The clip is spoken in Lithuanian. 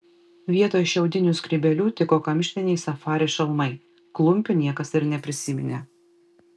vietoj šiaudinių skrybėlių tiko kamštiniai safari šalmai klumpių niekas ir neprisiminė